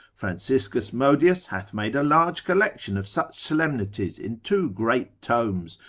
franciscus modius hath made a large collection of such solemnities in two great tomes,